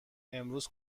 امروز